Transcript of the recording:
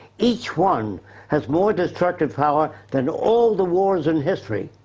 each one has more destructive power than all the wars in history.